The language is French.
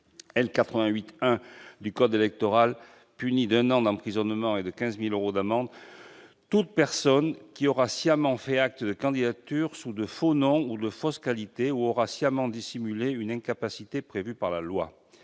88-1 du code électoral punit d'un an d'emprisonnement et de 15 000 euros d'amende toute personne qui aura sciemment fait acte de candidature sous de faux noms ou de fausses qualités ou aura sciemment dissimulé une incapacité prévue par la loi.